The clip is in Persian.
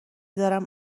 دارم